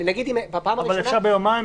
אפשר ביומיים,